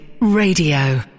Radio